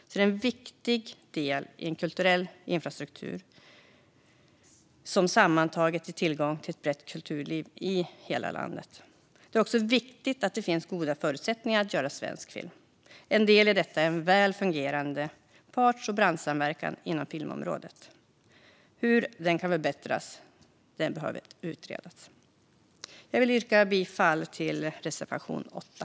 De utgör en viktig del i en kulturell infrastruktur som sammantaget ger tillgång till ett brett kulturliv i hela landet. Det är också viktigt att det finns goda förutsättningar att göra svensk film. En del i detta är en väl fungerande parts och branschsamverkan inom filmområdet. Hur den kan förbättras behöver utredas. Jag vill yrka bifall till reservation 8.